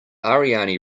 ariane